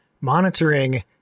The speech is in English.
monitoring